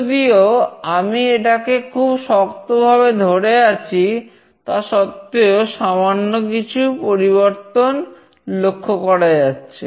যদিও আমি এটাকে খুব শক্তভাবে ধরে আছি তা সত্ত্বেও সামান্য কিছু পরিবর্তন লক্ষ্য করা যাচ্ছে